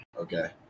okay